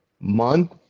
month